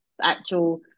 actual